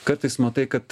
kartais matai kad